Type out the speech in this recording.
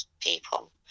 people